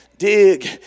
Dig